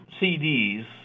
CDs